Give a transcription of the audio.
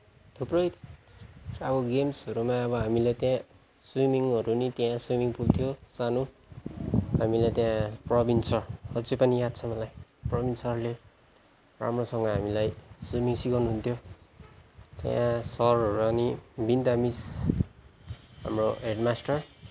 थुप्रै अब गेम्सहरूमा अब हामीलाई त्यहाँ स्विमिङहरू पनि त्यहाँ स्विमिङ पुल थियो सानो हामीलाई त्यहाँ प्रवीण सर अझै पनि याद छ मलाई प्रवीण सरले राम्रोसँग हामीलाई स्विमिङ सिकाउनुहुन्थ्यो त्यहाँ सरहरू अनि बिनिता मिस हाम्रो हेडमास्टर